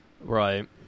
Right